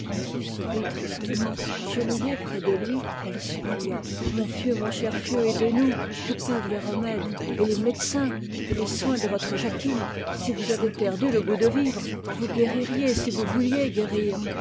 il sourit tristement agenouillée près de lui elle supplia mon fieu mon cher fieu aidez-nous que peuvent les remèdes et les médecins et les soins de votre jacquine si vous avez perdu le goût de vivre vous guéririez si vous vouliez guérir